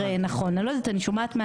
אני לא חושבת שהנושא הזה שונה.